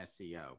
SEO